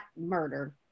murder